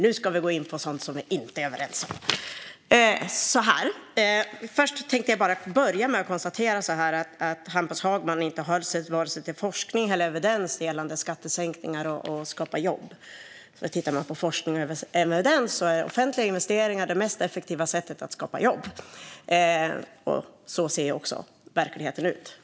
Nu ska vi gå in på sådant som vi inte är överens om. Jag tänkte börja med att konstatera att Hampus Hagman inte höll sig till vare sig forskning eller evidens gällande skattesänkningar och att skapa jobb. Om man tittar på forskning och evidens är offentliga investeringar det mest effektiva sättet att skapa jobb. Så ser också verkligheten ut.